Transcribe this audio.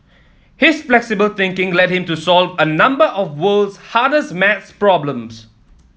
his flexible thinking led him to solve a number of world's hardest maths problems